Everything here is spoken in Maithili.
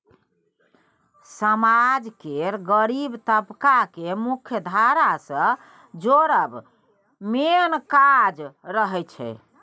समाज केर गरीब तबका केँ मुख्यधारा सँ जोड़ब मेन काज रहय छै